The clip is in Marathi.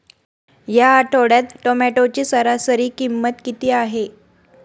या आठवड्यात टोमॅटोची सरासरी किंमत किती आहे?